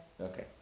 Okay